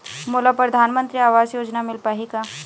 मोला परधानमंतरी आवास योजना मिल पाही का?